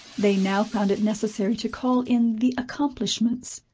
they now found it necessary to call in the accomplishments.